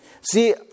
See